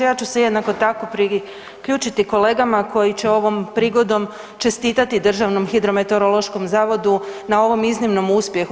Ja ću se jednako tako priključiti kolegama koji će ovom prigodom čestitati Državnom hidrometeorološkom zavodu na ovom iznimnom uspjehu.